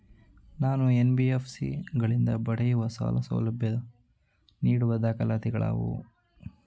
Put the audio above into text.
ನಾನು ಎನ್.ಬಿ.ಎಫ್.ಸಿ ಗಳಿಂದ ಪಡೆಯುವ ಸಾಲ ಸೌಲಭ್ಯಕ್ಕೆ ನೀಡುವ ದಾಖಲಾತಿಗಳಾವವು?